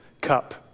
cup